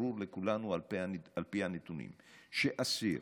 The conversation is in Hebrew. ברור לכולנו על פי הנתונים שאסיר